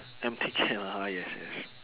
empty can ah yes yes